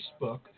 Facebook